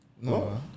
No